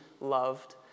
loved